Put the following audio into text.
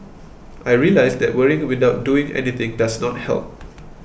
I realised that worrying without doing anything does not help